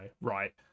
right